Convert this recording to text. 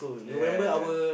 yea yea